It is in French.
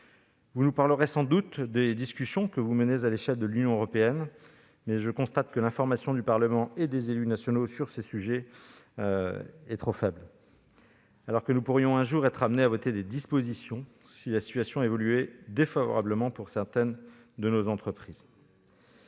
Vous nous parlerez sans doute des discussions que vous menez à l'échelle de l'Union européenne. Je constate que l'information du Parlement et des élus nationaux sur ces sujets est trop faible, alors que nous pourrions un jour être amenés à voter des dispositions en la matière si la situation évoluait défavorablement pour certaines de nos entreprises.